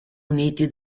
uniti